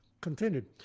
continued